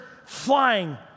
flying